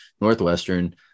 Northwestern